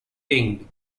tinged